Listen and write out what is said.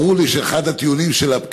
ברור לי שאחד הטיעונים שיכולים להיות